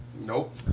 Nope